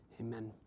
Amen